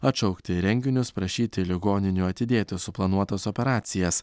atšaukti renginius prašyti ligoninių atidėti suplanuotas operacijas